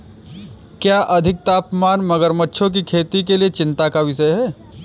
क्या अधिक तापमान मगरमच्छों की खेती के लिए चिंता का विषय है?